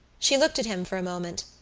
she looked at him for a moment,